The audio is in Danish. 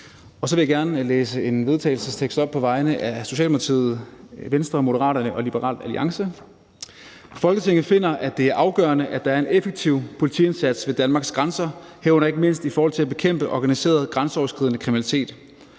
Så vil jeg gerne læse en vedtagelsestekst op på vegne af Socialdemokratiet, Venstre, Moderaterne og Liberal Alliance: Forslag til vedtagelse »Folketinget finder, at det er afgørende, at der er en effektiv politiindsats ved Danmarks grænser, herunder ikke mindst i forhold til at bekæmpe organiseret grænseoverskridende kriminalitet.